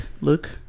look